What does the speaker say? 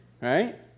right